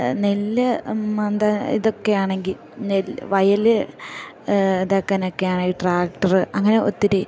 നെല്ല് എന്താ ഇതൊക്കെയാണെങ്കിൽ നെൽ വയൽ ഇതാക്കാനൊക്കെയാണെങ്കിൽ ട്രാക്ടർ അങ്ങനെ ഒത്തിരി